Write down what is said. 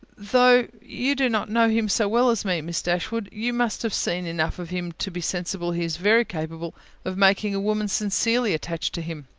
though you do not know him so well as me, miss dashwood, you must have seen enough of him to be sensible he is very capable of making a woman sincerely attached to him.